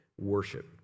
worship